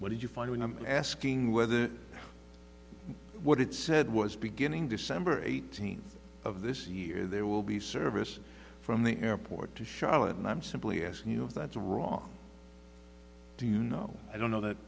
what did you find when i'm asking whether what it said was beginning december eighteenth of this year there will be service from the airport to charlotte and i'm simply asking you if that's wrong do you know i don't know if that